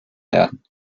werden